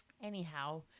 anyhow